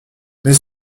mais